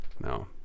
no